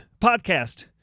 podcast